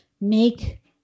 make